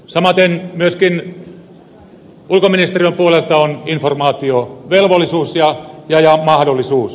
samaten myöskin ulkoministeriön puolelta on informaatiovelvollisuus ja mahdollisuus